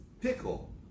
pickle